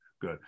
good